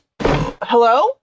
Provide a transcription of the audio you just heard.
hello